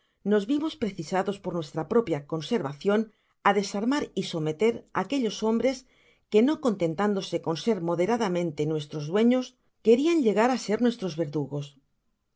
nos vimos precisados por nuestra propia conservacion á desarmar y someter aquellos hombres que no cententandose con ser moderadamente nuestros dueños querian llegar á ser nuestros verdugos